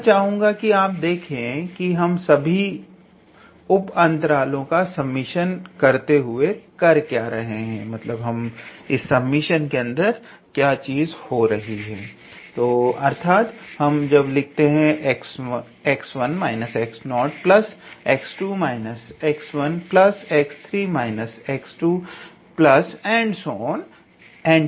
अब मैं चाहूंगा कि आप देखें कि हम सभी उप अंतरालो का समेशन करते हुए क्या कर रहे हैं अर्थात 𝑥1 − 𝑥0 𝑥2 − 𝑥1 𝑥3 − 𝑥2